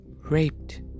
raped